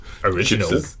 Original